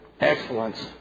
excellence